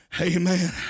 Amen